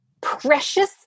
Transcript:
precious